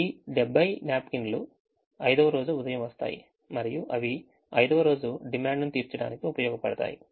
ఈ 70 న్యాప్కిన్ లు ఐదవ రోజు ఉదయం వస్తాయి మరియు అవి ఐదవ రోజు డిమాండ్ను తీర్చడానికి ఉపయోగపడతాయి